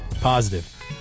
Positive